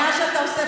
הזמן הוא לכולם.